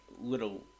little